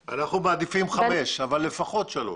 מעדיפים חמש שנים, אבל לפחות שלוש.